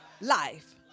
life